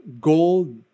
gold